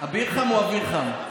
אביר חם או אוויר חם?